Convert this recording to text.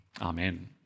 Amen